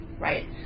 right